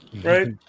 right